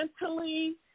mentally